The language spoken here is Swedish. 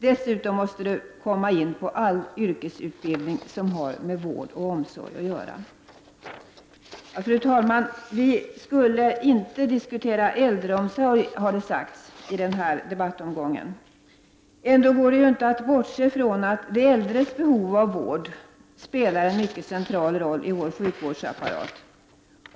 Dessutom måste de beröras inom all yrkesutbildning som har med vård och omsorg att göra. Fru talman! Vi skulle inte diskutera äldreomsorg i den här debattomgången är det sagt. Ändå går det ju inte att bortse från att de äldres behov av vård spelar en central roll i vår sjukvårdsapparat.